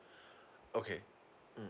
okay mm